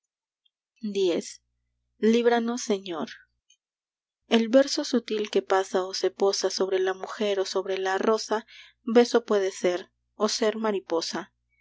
x líbranos señor el verso sutil que pasa o se posa sobre la mujer o sobre la rosa beso puede ser o ser mariposa